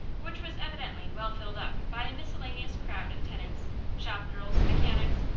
which was evidently well filled up by a miscellaneous crowd of tenants shop girls, mechanics,